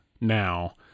now